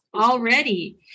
already